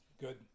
Good